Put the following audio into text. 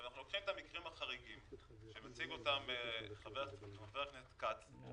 אנחנו לוקחים את המקרים החריגים שמציג אותם חבר הכנסת כץ.